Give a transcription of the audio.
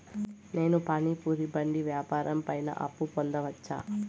నేను పానీ పూరి బండి వ్యాపారం పైన అప్పు పొందవచ్చా?